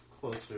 closer